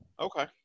Okay